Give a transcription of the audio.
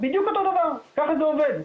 בדיוק אותו דבר, ככה זה עובד.